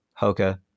Hoka